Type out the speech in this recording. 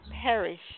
perish